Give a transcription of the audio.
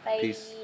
Peace